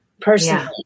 personally